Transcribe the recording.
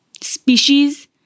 species